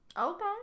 Okay